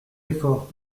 efforts